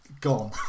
gone